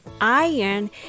Iron